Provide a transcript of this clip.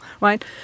right